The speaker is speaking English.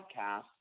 podcast